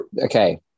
okay